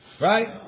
Right